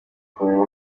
kumenya